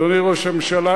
אדוני ראש הממשלה,